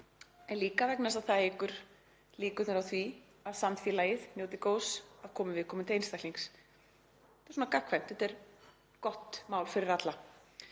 en líka vegna þess að það eykur líkurnar á því að samfélagið njóti góðs af komu viðkomandi einstaklings. Þetta er svona gagnkvæmt. Þetta er gott mál fyrir alla.